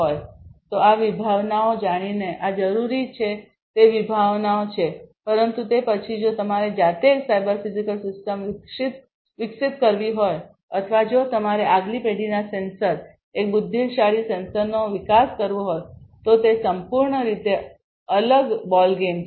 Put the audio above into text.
તેથી આ વિભાવનાઓ જાણીને આ જરૂરી છે તે વિભાવનાઓ છે પરંતુ તે પછી જો તમારે જાતે એક સાયબર ફિઝિકલ સિસ્ટમ વિકસિત કરવી હોય અથવા જો તમારે આગલી પેઢીના સેન્સર એક બુદ્ધિશાળી સેન્સરનો વિકાસ કરવો હોય તો તે સંપૂર્ણ રીતે અલગ બોલગેમ છે